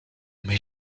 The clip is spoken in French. mais